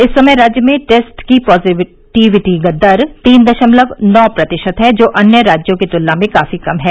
इस समय राज्य में टेस्ट पॉजिटिविटी दर तीन दशमलव नौ प्रतिशत है जो कि अन्य राज्यों की तुलना में काफी कम है